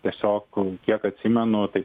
tiesiog kiek atsimenu tai